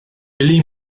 billy